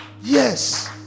Yes